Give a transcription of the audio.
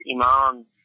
iman